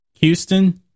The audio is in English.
Houston